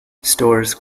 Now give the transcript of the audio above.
stores